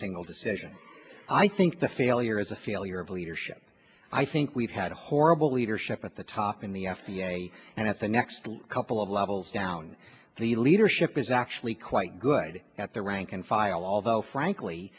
single decision i think the failure is a failure of leadership i think we've had a horrible leadership at the top in the f d a and at the next couple of levels down the leadership is actually quite good at the rank and file although frankly